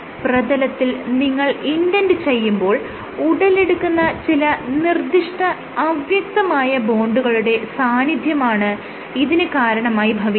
പ്രതലത്തിൽ നിങ്ങൾ ഇൻഡെന്റ് ചെയ്യുമ്പോൾ ഉടലെടുക്കുന്ന ചില നിർദ്ദിഷ്ട അവ്യക്തമായ ബോണ്ടുകളുടെ സാന്നിധ്യമാണ് ഇതിന് കാരണമായി ഭവിക്കുന്നത്